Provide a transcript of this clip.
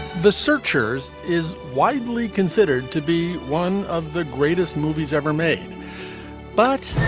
the searchers is widely considered to be one of the greatest movies ever made but